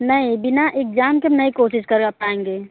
नहीं बिना एग्जाम के हम नहीं कोशिश करवा पाएंगे